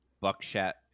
buckshot